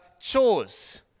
chores